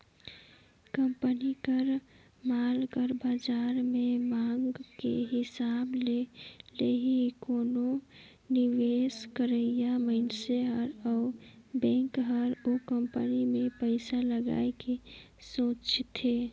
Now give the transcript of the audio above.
company कर माल कर बाजार में मांग के हिसाब ले ही कोनो निवेस करइया मनइसे हर अउ बेंक हर ओ कंपनी में पइसा लगाए के सोंचथे